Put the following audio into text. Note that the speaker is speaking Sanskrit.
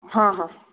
हा हा